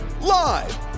live